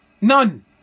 None